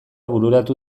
bururatu